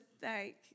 thank